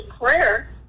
prayer